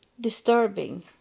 disturbing